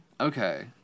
Okay